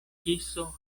kiso